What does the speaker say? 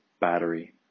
battery